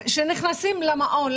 שנכנסות למעון,